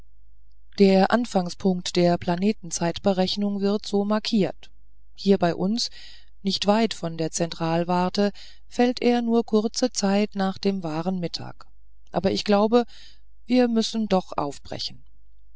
der anfangspunkt der planetenzeitrechnung wird so markiert hier bei uns nicht weit von der zentralwarte fällt er nur kurze zeit nach dem wahren mittag aber ich glaube wir müssen doch aufbrechen